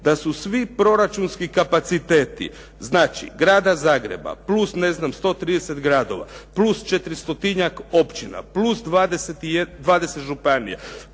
da su svi proračunski kapaciteti znači grada Zagreba plus 130 gradova, plus četristotinjak općina, plus 20 županija,